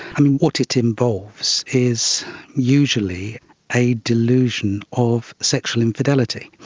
and what it involves is usually a delusion of sexual infidelity.